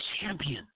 champion